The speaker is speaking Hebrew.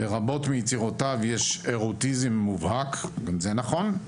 ברבות מיצירותיו יש ארוטיזם מובהק, גם זה נכון,